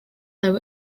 blow